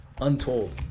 Untold